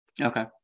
okay